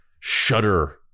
shudder